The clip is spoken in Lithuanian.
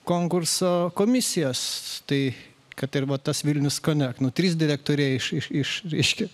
konkurso komisijas tai kad ir va tas vilnius conect nu trys direktoriai iš iš iš reiškia